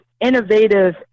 innovative